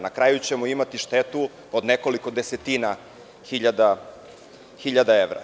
Na kraju ćemo imati štetu od nekoliko desetina hiljada evra.